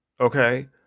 Okay